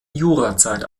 jurazeit